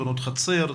תאונות חצר,